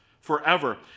forever